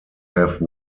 have